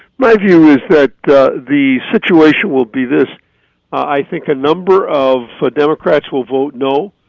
my view is that the situation will be this i think a number of democrats will vote no.